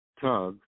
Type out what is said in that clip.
tug